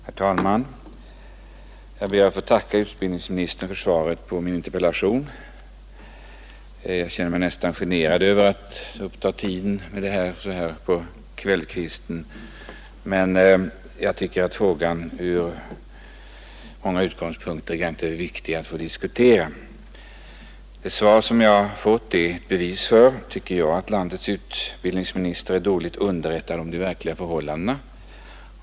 Herr talman! Jag ber att få tacka utbildningsministern för svaret på min interpellation. Jag känner mig nästan generad över att uppta tiden så här på kvällskvisten, men jag tycker att det från många synpunkter är viktigt att få diskutera frågan. Det svar som jag fått är ett bevis, tycker jag, för att landets utbildningsminister är dåligt underrättad om de verkliga förhållandena.